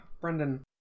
Brendan